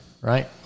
right